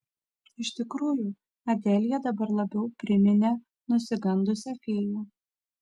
iš tikrųjų adelija dabar labiau priminė nusigandusią fėją